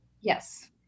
Yes